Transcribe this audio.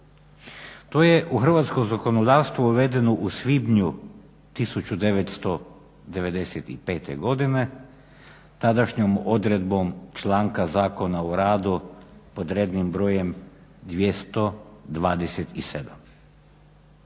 To je u hrvatsko zakonodavstvo uvedeno u svibnju 1995. godine tadašnjom odredbom članka Zakona o radu pod rednim brojem 227.